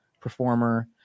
performer